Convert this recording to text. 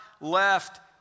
left